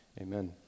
amen